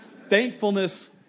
Thankfulness